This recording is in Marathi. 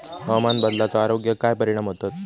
हवामान बदलाचो आरोग्याक काय परिणाम होतत?